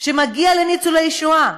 שמגיע לניצולי השואה,